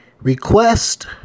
request